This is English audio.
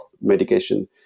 medication